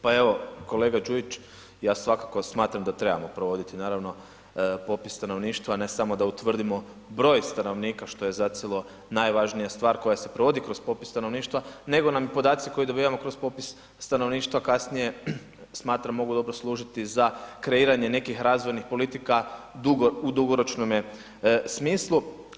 Pa evo kolega Đujić, ja svakako smatram da trebamo provoditi naravno popis stanovništva, ne samo da utvrdimo broj stanovnika što je zacijelo najvažnija stvar koja se provodi kroz popis stanovništva nego nam i podaci koje dobivamo kroz popis stanovništva kasnije smatram mogu dobro služiti za kreiranje nekih razvojnih politika dugo, u dugoročnome smislu.